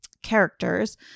characters